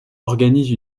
organise